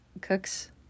cooks